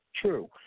true